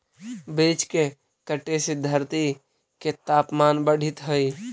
वृक्ष के कटे से धरती के तपमान बढ़ित हइ